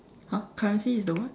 !huh! currency is the what